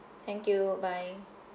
thank you bye